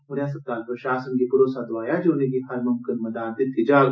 उनें अस्पताल प्रशासन गी मरोसा दोआया जे उनेंगी हर मुमकन मदाद दित्ती जाग